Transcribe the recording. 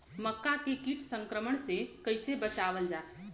मक्का के कीट संक्रमण से कइसे बचावल जा?